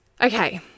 Okay